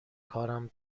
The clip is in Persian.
کارم